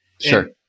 sure